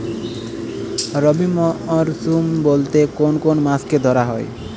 রবি মরশুম বলতে কোন কোন মাসকে ধরা হয়?